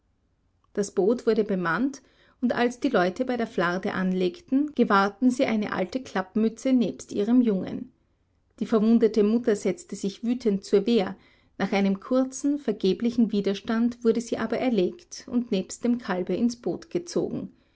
das boot wurde bemannt und als die leute bei der flarde anlangten gewahrten sie eine alte klappmütze nebst ihrem jungen die verwundete mutter setzte sich wütend zur wehr nach einem kurzen vergeblichen widerstand wurde sie aber erlegt und nebst dem kalbe ins boot gezogen